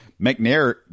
McNair